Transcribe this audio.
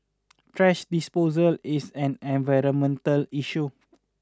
thrash disposal is an environmental issue